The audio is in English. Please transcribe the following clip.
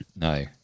No